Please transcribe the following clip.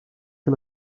que